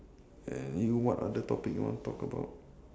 and you what other topic you want to talk about